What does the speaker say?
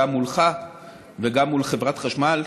גם מולך וגם מול חברת החשמל,